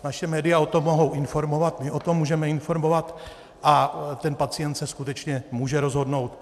Naše média o tom mohou informovat, my o tom můžeme informovat a pacient se skutečně může rozhodnout.